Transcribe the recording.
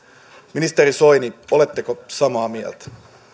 ministeri soini oletteko samaa mieltä